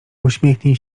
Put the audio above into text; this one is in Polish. uśmiechnij